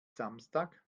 samstag